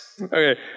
Okay